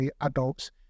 adults